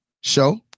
show